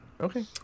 Okay